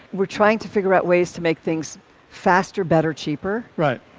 we're trying to figure out ways to make things faster, better, cheaper. right.